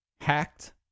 hacked